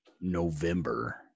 November